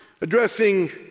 addressing